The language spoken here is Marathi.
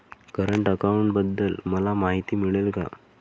करंट अकाउंटबद्दल मला माहिती मिळेल का?